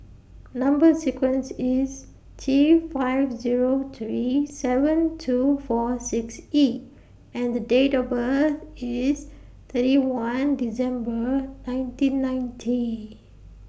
Number sequence IS T five Zero three seven two four six E and The Date of birth IS thirty one December nineteen ninety